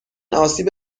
آسیب